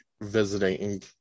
visiting